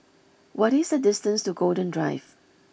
what is the distance to Golden Drive